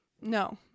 No